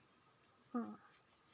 mm